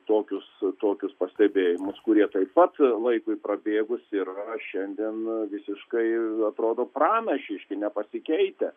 tokius tokius pastebėjimus kurie taip pat laikui prabėgus ir šiandien visiškai atrodo pranašiški nepasikeitę